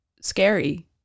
scary